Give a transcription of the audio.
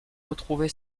retrouvée